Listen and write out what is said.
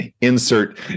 insert